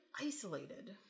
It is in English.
isolated